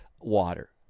water